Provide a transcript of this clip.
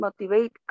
motivate